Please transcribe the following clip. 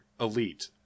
elite